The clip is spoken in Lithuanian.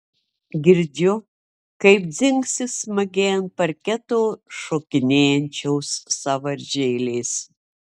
girdžiu kaip dzingsi smagiai ant parketo šokinėjančios sąvaržėlės